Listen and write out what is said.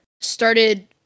started